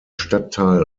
stadtteil